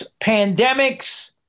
pandemics